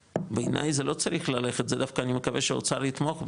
בעיניי זה לא צריך ללכת זה דווקא אני מקווה שהאוצר יתמוך בי,